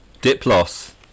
Diplos